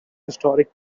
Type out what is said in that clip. historic